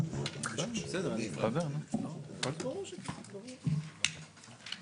את ההגדרה של שירת מגורים כמו שהיא מופיעה בפרק חמישי,